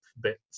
bits